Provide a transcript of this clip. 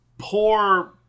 Poor